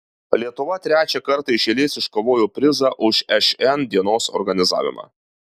lietuva trečią kartą iš eilės iškovojo prizą už šn dienos organizavimą